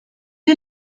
est